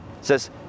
says